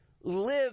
Live